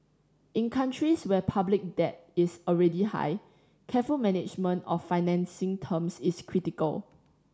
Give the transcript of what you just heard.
in countries where public debt is already high careful management of financing terms is critical